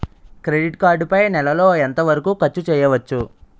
Credit card పై నెల లో ఎంత వరకూ ఖర్చు చేయవచ్చు?